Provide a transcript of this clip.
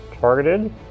targeted